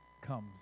comes